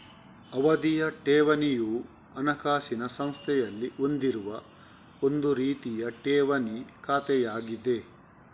ಅವಧಿಯ ಠೇವಣಿಯು ಹಣಕಾಸಿನ ಸಂಸ್ಥೆಯಲ್ಲಿ ಹೊಂದಿರುವ ಒಂದು ರೀತಿಯ ಠೇವಣಿ ಖಾತೆಯಾಗಿದೆ